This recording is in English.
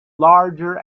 larger